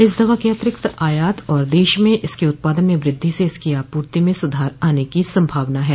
इस दवा के अतिरिक्त आयात और दश में इसके उत्पादन में वृद्धि से इसकी आपूर्ति में सुधार आने की संभावना है